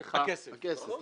הכסף.